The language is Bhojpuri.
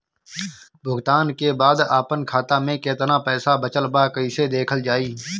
भुगतान के बाद आपन खाता में केतना पैसा बचल ब कइसे देखल जाइ?